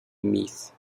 meath